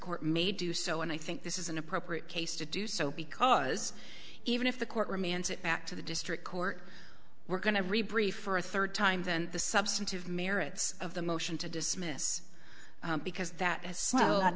court may do so and i think this is an appropriate case to do so because even if the court remands it back to the district court we're going to rebury for a third time then the substantive merits of the motion to dismiss because that as well n